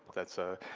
that's. ah